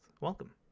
Welcome